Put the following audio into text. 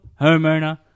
homeowner